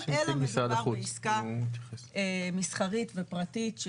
אלא מדובר בעסקה מסחרית ופרטית,